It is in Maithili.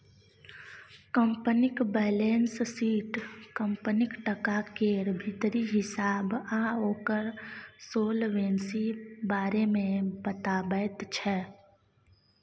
कंपनीक बैलेंस शीट कंपनीक टका केर भीतरी हिसाब आ ओकर सोलवेंसी बारे मे बताबैत छै